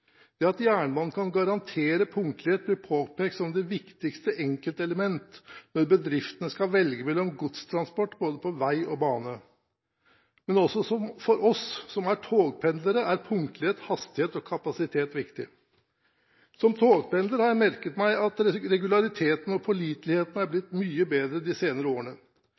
Det at jernbanen kan garantere punktlighet, blir påpekt som det viktigste enkeltelement når bedriftene skal velge mellom godstransport både på vei og bane. Men også for oss som er togpendlere, er punktlighet, hastighet og kapasitet viktig. Som togpendler har jeg merket meg at regulariteten og påliteligheten er blitt mye bedre de senere årene,